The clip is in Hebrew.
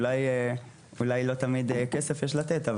אולי לא תמיד כסף יש לתת,